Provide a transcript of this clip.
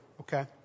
okay